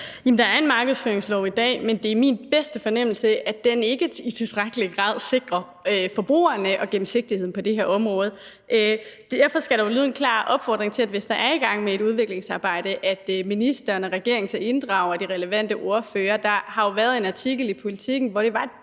er i dag en markedsføringslov, men det er min bedste fornemmelse, at den ikke i tilstrækkelig grad sikrer forbrugerne og gennemsigtigheden på det her område. Derfor skal der lyde en klar opfordring til, at hvis der er et udviklingsarbejde i gang, inddrager ministeren og regeringen de relevante ordførere. Der har jo været en artikel i Politiken, hvori der var et